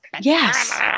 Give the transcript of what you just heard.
Yes